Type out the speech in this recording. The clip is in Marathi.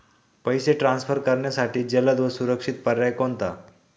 पैसे ट्रान्सफर करण्यासाठी जलद व सुरक्षित पर्याय कोणता?